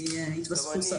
כי התווספו ספקים חדשים.